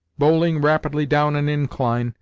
bowling rapidly down an incline,